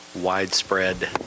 widespread –